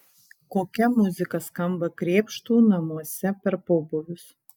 kokia muzika skamba krėpštų namuose per pobūvius